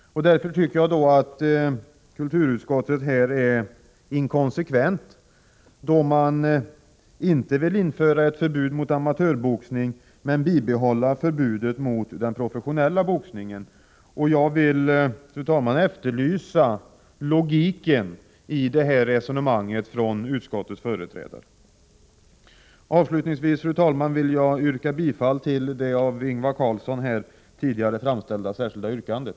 Därför tycker jag att kulturutskottet är inkonsekvent då det inte vill införa förbud mot amatörboxning men bibehålla förbudet mot den professionella boxningen. Jag efterlyser logiken i detta resonemang. Avslutningsvis vill jag, fru talman, yrka bifall till det av Ingvar Karlsson i Bengtsfors tidigare framställda särskilda yrkandet.